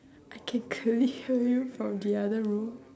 I can clearly hear you from the other room